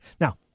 Now